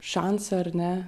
šansą ar ne